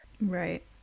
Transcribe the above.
right